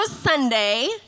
Sunday